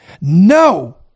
No